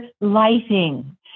lighting